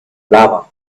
lava